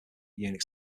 unix